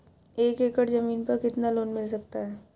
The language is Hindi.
एक एकड़ जमीन पर कितना लोन मिल सकता है?